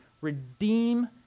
redeem